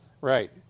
Right